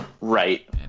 Right